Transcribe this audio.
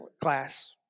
class